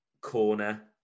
corner